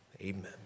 amen